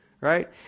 right